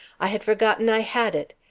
i had forgotten i had it.